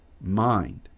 mind